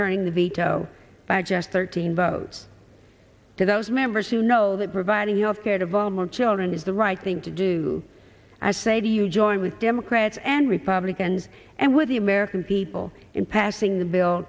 overturning the veto by just thirteen votes to those members who know that providing health care to volman children is the right thing to do i say to you join with democrats and republicans and with the american people in passing the bill